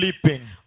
sleeping